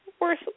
worth